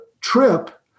trip